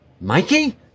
Mikey